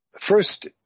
first